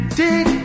dig